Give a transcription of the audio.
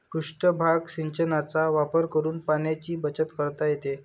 पृष्ठभाग सिंचनाचा वापर करून पाण्याची बचत करता येते